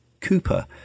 Cooper